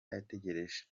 ategereje